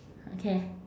okay